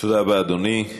תודה רבה, אדוני.